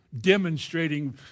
demonstrating